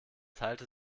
teilte